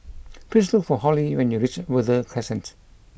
please look for Holli when you reach Verde Crescent